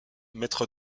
maître